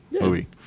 movie